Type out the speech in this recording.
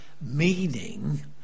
meaning